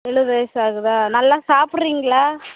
எழுபது வயது ஆகுதா நல்லா சாப்பிட்றீங்களா